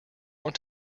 want